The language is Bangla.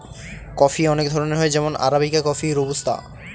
কফি অনেক ধরনের হয় যেমন আরাবিকা কফি, রোবুস্তা